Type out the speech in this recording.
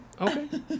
okay